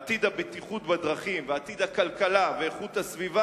עתיד הבטיחות בדרכים ועתיד הכלכלה ואיכות הסביבה